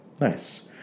nice